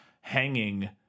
hanging